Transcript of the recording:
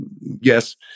yes